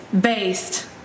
based